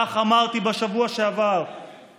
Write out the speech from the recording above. כך אמרתי בשבוע שעבר,